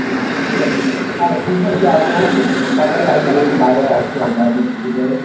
আচ্ছা ঠিক আছে আর তুমি তাহলে একটু আস হ্যাঁ একটু তাড়াতাড়ি আসবে আমরা একটু বাইরে আছি আর বাইরে দিকে তাহলে